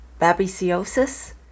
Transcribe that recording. babesiosis